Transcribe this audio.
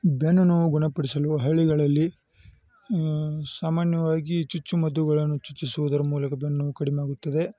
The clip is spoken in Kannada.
ಬೆನ್ನುನೋವು ಗುಣಪಡಿಸಲು ಹಳ್ಳಿಗಳಲ್ಲಿ ಸಾಮಾನ್ಯವಾಗಿ ಚುಚ್ಚುಮದ್ದುಗಳನ್ನು ಚುಚ್ಚಿಸುವುದರ ಮೂಲಕ ಬೆನ್ನುನೋವು ಕಡಿಮೆಯಾಗುತ್ತದೆ